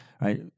right